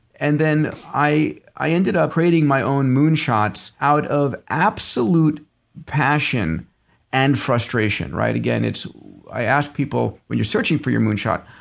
and then i i ended up creating my own moonshots out of absolute passion and frustration. right? again i ask people, when you're searching for your moonshot,